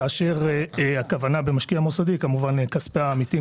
כאשר הכוונה במשקיע מוסדי היא לכספי העמיתים,